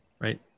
Right